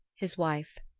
his wife.